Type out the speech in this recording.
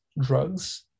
drugs